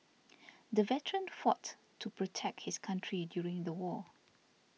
the veteran fought to protect his country during the war